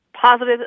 positive